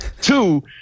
Two